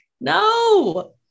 no